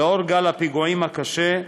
בעקבות גל הפיגועים הקשה,